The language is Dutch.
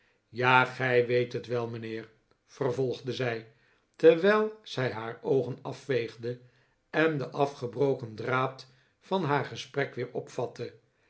ja gij weet het wel mijnheer vervolgde zij terwijl zij haar oogen afveegde en den af gebroken draad van haar gesprek weer opvatte